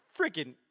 freaking